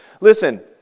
Listen